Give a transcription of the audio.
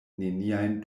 neniajn